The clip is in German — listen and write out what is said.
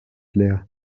leer